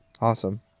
Awesome